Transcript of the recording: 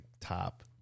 top